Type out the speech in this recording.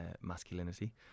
masculinity